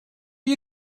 you